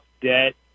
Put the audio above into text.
debt